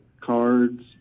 cards